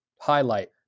highlight